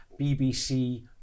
BBC